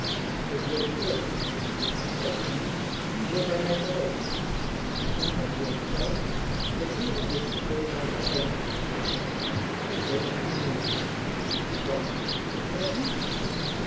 ik wilde doorgaan opnieuw hield hij mij terug en wat wilt gij gedurende die twee maanden uitvoeren ik weet het niet mijnheer wat weet ge dat niet